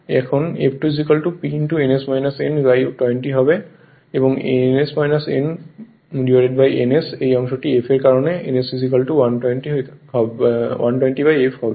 এবং এই ns n ns এই অংশটি f এর কারণ ns 120 এখানে 120 f হবে